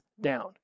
down